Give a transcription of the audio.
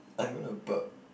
I'm gonna burp